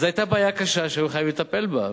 אז היתה בעיה קשה שהיו חייבים לטפל בה,